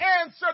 answer